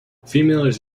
females